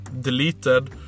deleted